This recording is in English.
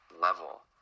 level